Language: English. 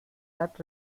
flat